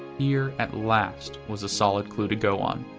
here, at last, was a solid clue to go on.